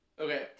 okay